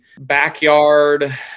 backyard –